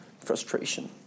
frustration